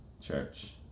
church